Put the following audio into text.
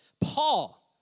Paul